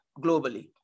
globally